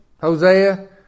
Hosea